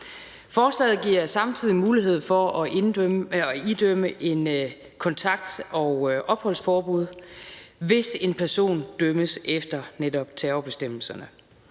Lovforslaget giver samtidig mulighed for at idømme et kontaktforbud og et opholdsforbud, hvis en person dømmes efter netop terrorbestemmelserne.